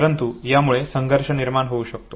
परंतु यामुळे संघर्ष होऊ शकतो